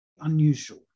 unusual